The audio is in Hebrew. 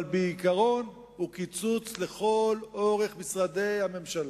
אבל בעיקרון זהו קיצוץ לכל אורך משרדי הממשלה.